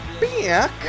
back